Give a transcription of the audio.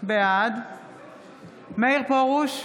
בעד מאיר פרוש,